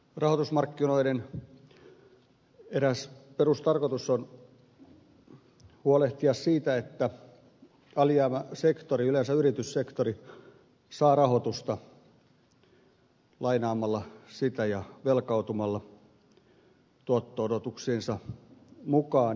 rahoitusmarkkinoiden eräs perustarkoitus on huolehtia siitä että alijäämäsektori yleensä yrityssektori saa rahoitusta lainaamalla ja velkautumalla tuotto odotuksiensa mukaan